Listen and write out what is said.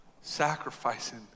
Sacrificing